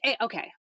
okay